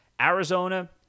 Arizona